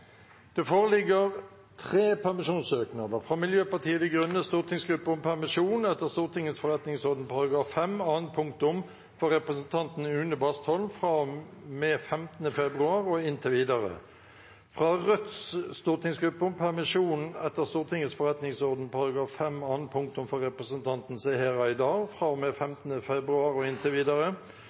Det foreligger tre permisjonssøknader: fra Miljøpartiet De Grønnes stortingsgruppe om permisjon etter Stortingets forretningsordens § 5 annet punktum for representanten Une Bastholm fra og med 15. februar og inntil videre fra Rødts stortingsgruppe om permisjon etter Stortingets forretningsordens § 5 annet punktum for representanten Seher Aydar fra og med 15. februar og inntil videre